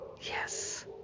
Yes